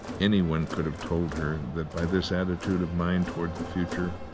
anyone could have told her that, by this attitude of mind towards the future,